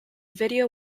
video